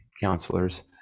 counselors